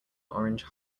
orange